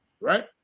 right